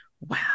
wow